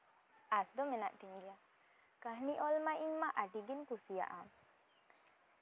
ᱟᱸᱥ ᱫᱚ ᱢᱮᱱᱟᱜ ᱛᱤᱧ ᱜᱮᱭᱟ ᱠᱟᱹᱦᱱᱤ ᱚᱞ ᱢᱟ ᱤᱧ ᱢᱟ ᱟᱹᱰᱤᱜᱤᱧ ᱠᱩᱥᱤᱭᱟᱜᱼᱟ